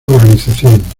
organización